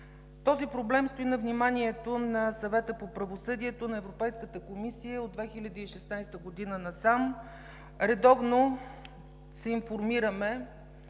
Този проблем стои на вниманието на Съвета по правосъдието на Европейската комисия от 2016 г. насам. Редовно се информираме